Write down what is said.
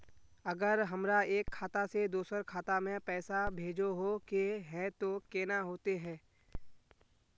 अगर हमरा एक खाता से दोसर खाता में पैसा भेजोहो के है तो केना होते है?